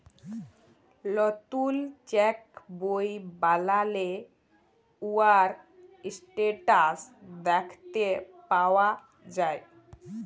লতুল চ্যাক বই বালালে উয়ার ইসট্যাটাস দ্যাখতে পাউয়া যায়